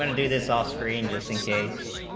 and do this all screen just in case